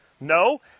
No